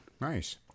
Nice